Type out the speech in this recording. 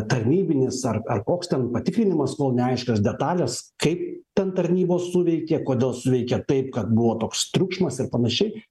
tarnybinis ar ar koks ten patikrinimas kol neaiškios detalės kaip ten tarnybos suveikė kodėl suveikė taip kad buvo toks triukšmas ir panašiai